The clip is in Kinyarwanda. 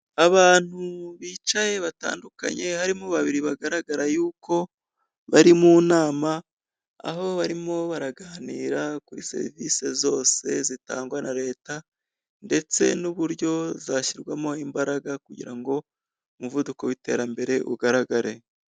Abantu bicaye batandukanye, harimo babiri bagaragara yuko bari mu nama, aho barimo baraganira kuri serivisi zose zitangwa na leta, ndetse n'uburyo zashyirwamo imbaraga kugira ngo umuvuduko w'iterambere ugaragare.